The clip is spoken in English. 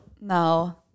No